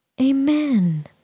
Amen